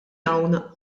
hawn